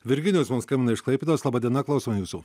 virginijus mums skambina iš klaipėdos laba diena klausom jūsų